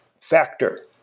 factor